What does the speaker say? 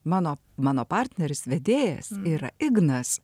mano mano partneris vedėjas yra ignas